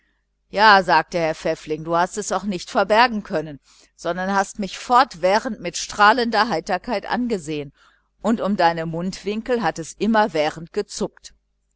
ja sagte herr pfäffling du hast es auch nicht verbergen können sondern hast mich fortwährend mit strahlender heiterkeit angesehen und um deine mundwinkel hat es immerwährend gezuckt